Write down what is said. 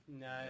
No